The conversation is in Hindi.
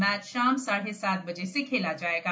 मैच शाम साढ़े सात बजे से खेला जाएगा